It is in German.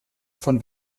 von